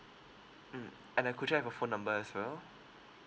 mm and then could I have your phone number as well